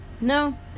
No